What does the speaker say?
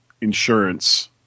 insurance